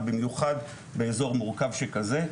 במיוחד באזור מורכב שכזה.